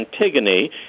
Antigone